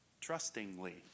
trustingly